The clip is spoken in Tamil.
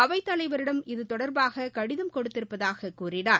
அவைத்தலைவரிடம் இதுதொடர்பாக கடிதம் கொடுத்திருப்பதாக கூறினார்